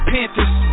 Panthers